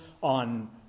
on